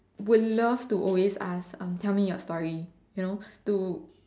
would love to always ask um tell me your story you know to